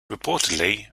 reportedly